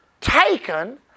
taken